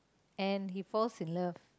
and he falls in love